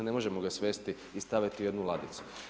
Ne možemo ga svesti i staviti u jednu ladicu.